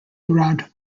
around